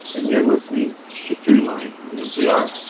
and you're listening to throughline on npr.